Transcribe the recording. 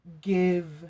give